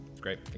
great